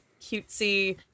cutesy